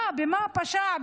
במה פשע?